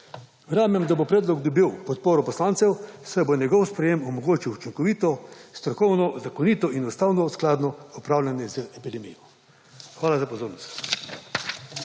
Verjamem, da bo predlog dobil podporo poslancev, saj bo njegovo sprejetje omogočilo učinkovito, strokovno, zakonito in ustavnoskladno upravljanje z epidemijo. Hvala za pozornost.